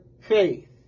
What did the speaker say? faith